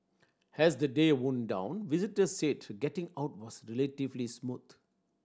as the day wound down visitors said to getting out was relatively smooth